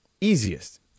Easiest